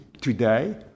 today